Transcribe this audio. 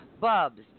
Bubs